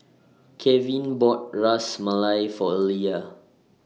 Kevin bought Ras Malai For Elia